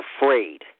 afraid